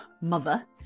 mother